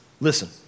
Listen